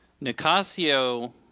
Nicasio